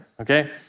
okay